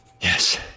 Yes